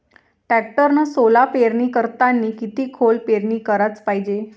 टॅक्टरनं सोला पेरनी करतांनी किती खोल पेरनी कराच पायजे?